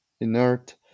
inert